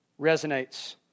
resonates